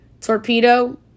Torpedo